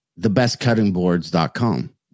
thebestcuttingboards.com